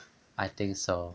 I think so